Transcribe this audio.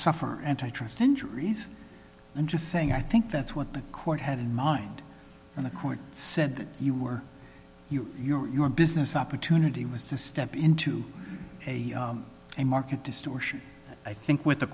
suffer antitrust injuries and just saying i think that's what the court had in mind when the court said that you were you and your business opportunity was to step into a market distortion i think what the